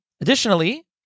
Additionally